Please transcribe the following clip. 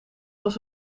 was